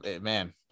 man